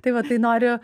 tai va tai noriu